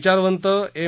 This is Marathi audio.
विचारवंत एम